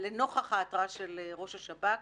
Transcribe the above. ולנוכח ההתראה של ראש השב"כ,